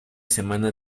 semana